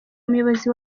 umuyobozi